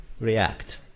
react